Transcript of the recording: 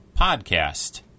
podcast